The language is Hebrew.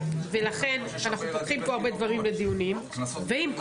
בכוחותינו הדלים אנחנו מקיימים מיקוד